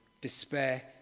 Despair